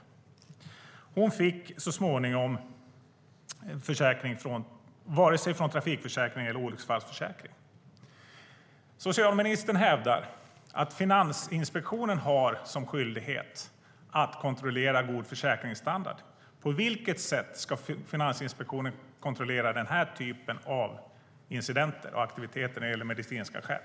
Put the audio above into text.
Kvinnan fick ingen ersättning från vare sig trafikförsäkring eller olycksfallsförsäkring. Socialministern hävdar att Finansinspektionen har som skyldighet att kontrollera god försäkringsstandard. På vilket sätt ska Finansinspektionen kontrollera den här typen av incidenter och aktiviteter när det gäller medicinska skäl?